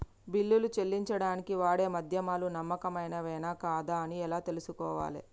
బిల్లులు చెల్లించడానికి వాడే మాధ్యమాలు నమ్మకమైనవేనా కాదా అని ఎలా తెలుసుకోవాలే?